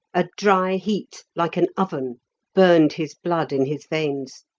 a dry heat like an oven burned his blood in his veins.